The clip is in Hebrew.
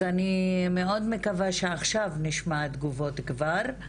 אז אני מאוד מקווה שעכשיו נשמע תגובות כבר.